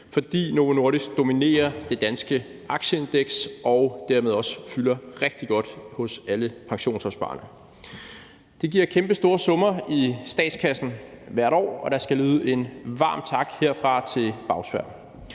fordi Novo Nordisk dominerer det danske aktieindeks og dermed også fylder rigtig godt hos alle pensionsopsparerne. Det giver kæmpestore summer i statskassen hvert år, og der skal lyde en varm tak herfra til Bagsværd.